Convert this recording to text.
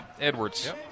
Edwards